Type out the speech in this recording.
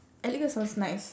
eleger sounds nice